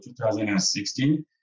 2016